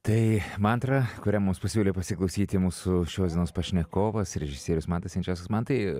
tai mantra kurią mums pasiūlė pasiklausyti mūsų šios dienos pašnekovas režisierius mantas jančiauskas mantai